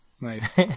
Nice